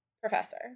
professor